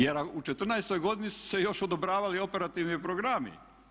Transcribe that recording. Jer u '14. godini su se još odobravali operativni programi.